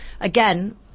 again